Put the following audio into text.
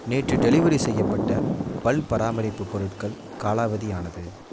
நேற்று டெலிவெரி செய்யப்பட்ட பல் பராமரிப்பு பொருட்கள் காலாவதி ஆனது